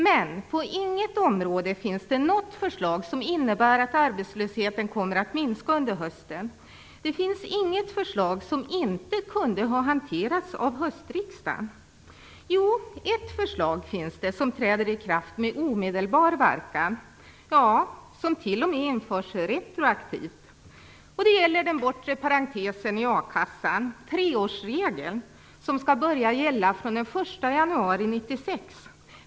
Men på inget område finns det något förslag som innebär att arbetslösheten kommer att minska under hösten. Det finns inget förslag som inte kunde ha hanterats av höstriksdagen. Jo, ett förslag träder i kraft med omedelbar verkan; det införs t.o.m. retroaktivt. Det gäller den bortre parentesen i a-kassan, treårsregeln, som skall börja gälla från den 1 januari 1996.